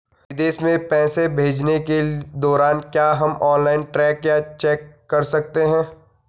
विदेश में पैसे भेजने के दौरान क्या हम ऑनलाइन ट्रैक या चेक कर सकते हैं?